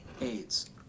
AIDS